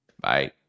Bye